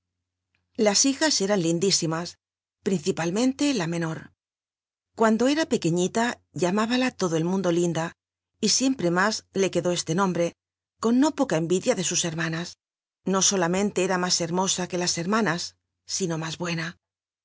tas hijas eran lindísimas principalmente la menor cuando era pequeñita llamúbala lodo el mundo linda y iemprc mús le quedó c le nombre con no poca enl'idia de us hermanas xo solamente era mús hermosa que las hermanas sino mits buena